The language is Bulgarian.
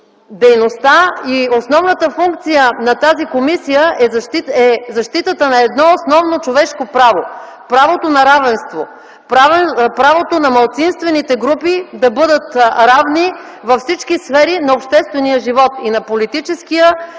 Дейността и основната функция на тази комисия е защитата на едно основно човешко право – правото на равенство, правото на малцинствените групи да бъдат равни във всички сфери на обществения живот, и на политическия,